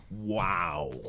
Wow